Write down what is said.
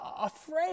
afraid